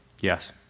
Yes